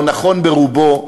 או נכון ברובו,